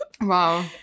Wow